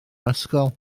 ysgol